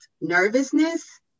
nervousness